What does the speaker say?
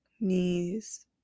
knees